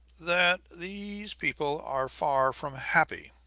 that these people are far from happy.